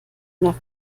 nach